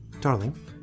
Darling